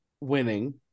winning